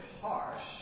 harsh